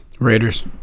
Raiders